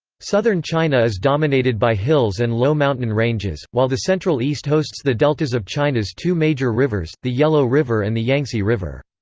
southern china is dominated by hills and low mountain ranges, while the central-east hosts the deltas of china's two major rivers, the yellow river and the yangtze river.